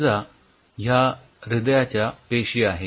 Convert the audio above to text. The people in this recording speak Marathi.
समजा ह्या हृदयाच्या पेशी आहेत